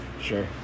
Sure